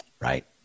Right